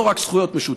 לא רק זכויות משותפות.